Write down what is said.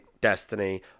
destiny